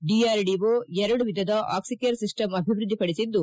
DRDO ಎರಡು ವಿಧದ Oxycare system ಅಭಿವ್ಯದ್ವಿಪಡಿಸಿದ್ದು